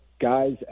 guys